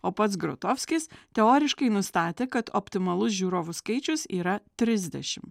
o pats grotovskis teoriškai nustatė kad optimalus žiūrovų skaičius yra trisdešim